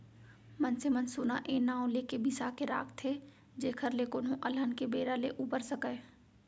मनसे मन सोना ए नांव लेके बिसा के राखथे जेखर ले कोनो अलहन के बेरा ले उबर सकय